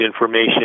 information